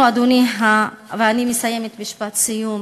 אנחנו, אדוני, אני מסיימת, משפט סיום,